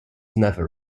never